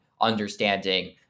understanding